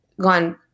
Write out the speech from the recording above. gone